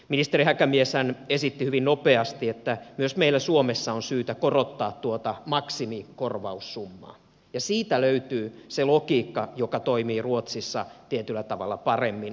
ministeri häkämieshän esitti hyvin nopeasti että myös meillä suomessa on syytä korottaa tuota maksimikor vaussummaa ja siitä löytyy se logiikka joka toimii ruotsissa tietyllä tavalla paremmin